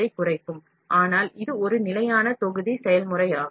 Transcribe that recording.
விட்டம் குறையும் ஆனால் இது ஒரு நிலையான தொகுதி செயல்முறை